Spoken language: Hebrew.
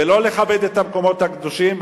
ולא לכבד את המקומות הקדושים,